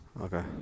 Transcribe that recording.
Okay